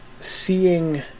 seeing